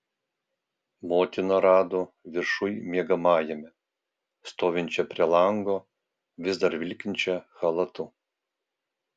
motiną rado viršuj miegamajame stovinčią prie lango vis dar vilkinčią chalatu